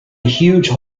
huge